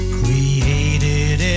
created